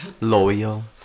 loyal